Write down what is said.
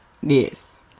Yes